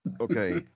Okay